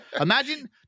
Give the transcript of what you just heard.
Imagine